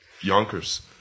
Yonkers